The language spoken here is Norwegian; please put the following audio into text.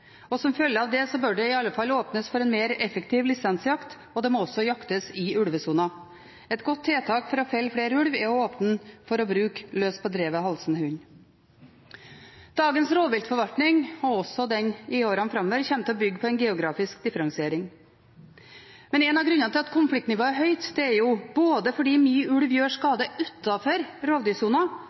Som følge av det bør det iallfall åpnes for en mer effektiv lisensjakt, og det må også jaktes i ulvesonen. Et godt tiltak for å felle flere ulv er å åpne for å bruke løs, på drevet halsende hund. Dagens rovviltforvaltning bygger på, og det vil den også i årene framover, en geografisk differensiering. Men blant grunnene til at konfliktnivået er høyt, er både at mye ulv gjør skade